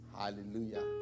Hallelujah